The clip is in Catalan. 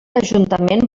ajuntament